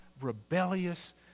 rebellious